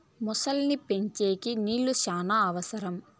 మొసలి పెంపకంకి నీళ్లు శ్యానా అవసరం